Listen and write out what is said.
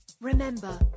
Remember